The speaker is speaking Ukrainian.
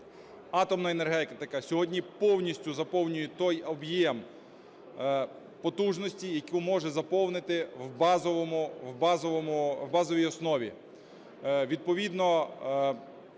Атомна енергетика сьогодні повністю заповнює той об'єм потужності, яку може заповнити в базовій основі.